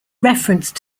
reference